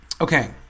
Okay